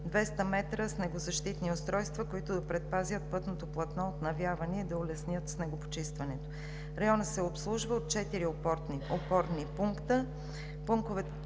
200 м снегозащитни устройства, които да предпазват пътното платно от навявания и да улесняват снегопочистването. Районът се обслужва от четири опорни пункта. Тези пунктове